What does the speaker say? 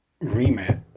remit